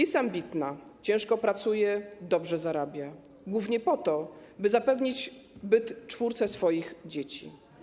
Jest ambitna, ciężko pracuje, dobrze zarabia, głównie po to, by zapewnić byt czwórce swoich dzieci.